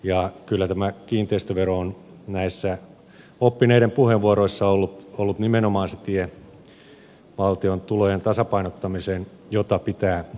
ja kyllä tämä kiinteistövero on näissä oppineiden puheenvuoroissa ollut nimenomaan se tie valtion tulojen tasapainottamiseen jota pitää käyttää